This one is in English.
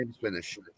finish